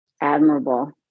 admirable